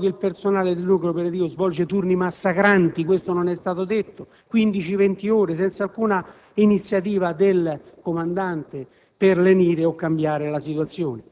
Non va trascurato poi che il personale del nucleo operativo svolge turni massacranti - questo non è stato detto - di 15-20 ore, senza alcuna iniziativa del comandante per lenire o cambiare la situazione.